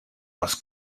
was